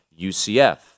UCF